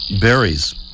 berries